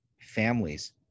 families